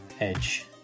Edge